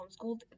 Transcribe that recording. homeschooled